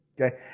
Okay